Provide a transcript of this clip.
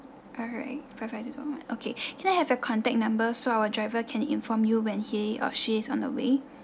alright provided on okay can I have your contact number so our driver can inform you when he or she is on the way